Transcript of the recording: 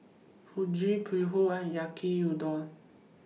Fugu Pho and Yaki Udon